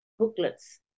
Booklets